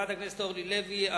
חברת הכנסת אורלי לוי,